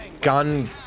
gun